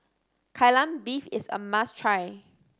Kai Lan Beef is a must try